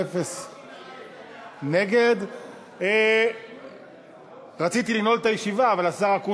אני קובע שהצעת חוק אמות המידה לזכאות